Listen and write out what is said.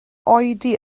oedi